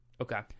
okay